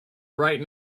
right